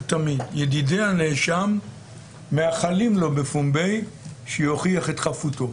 תמיד ידידי הנאשם מאחלים לו בפומבי שיוכיח את חפותו.